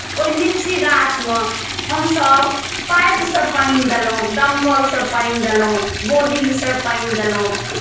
ओहि लीची गाछमे हमसभ पाइपसँ पानि देलहुँ दमकलसँ पानि देलहुँ बोर्डिंगसँ पानि देलहुँ